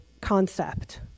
concept